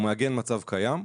הוא מעגן מצב קיים,